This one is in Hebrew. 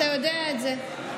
אתה יודע את זה,